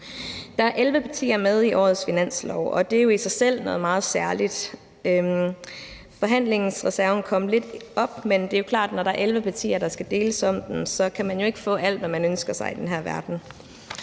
Der er 11 partier med i årets finanslov, og det er jo i sig selv noget meget særligt. Forhandlingsreserven kom lidt op, men det er klart, at når der er 11 partier, der skal deles om den, kan man jo ikke få alt, hvad man ønsker sig i den her verden.